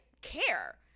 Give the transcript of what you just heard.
care